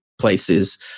places